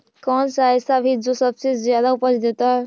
कौन सा ऐसा भी जो सबसे ज्यादा उपज देता है?